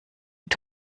mit